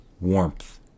warmth